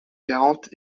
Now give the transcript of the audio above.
quarante